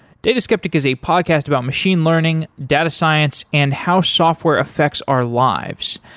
data skeptic is a podcast about machine learning, data science and how software affects our lives.